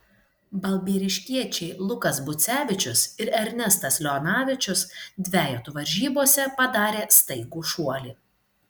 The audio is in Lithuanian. balbieriškiečiai lukas bucevičius ir ernestas leonavičius dvejetų varžybose padarė staigų šuolį